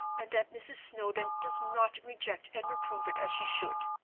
and that mrs. snowdon does not reject and reprove it as she should.